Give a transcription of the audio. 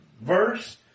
verse